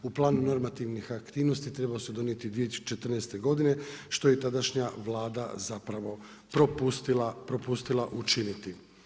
U planu normativnih aktivnosti trebala se donijeti 2014. godine što je tadašnja Vlada zapravo propustila učiniti.